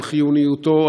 על חיוניותו,